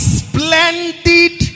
splendid